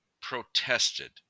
protested